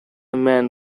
man